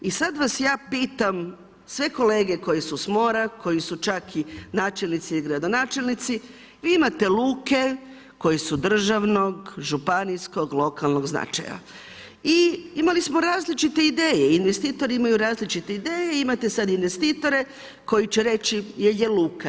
I sad vas ja pitam, sve kolege koji su s mora, koji su čak i načelnici i gradonačelnici, vi imate luke koje su državnog, županijskog, lokalnog značaja i imali smo različite ideje, investitori imaju različite ideje, imate sad investitore koji će reći jer je luka?